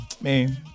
Man